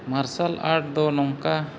ᱢᱟᱨᱥᱟᱞ ᱟᱴ ᱫᱚ ᱱᱚᱝᱠᱟ